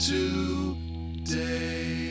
Today